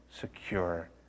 secure